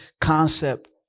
concept